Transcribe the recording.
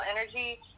energy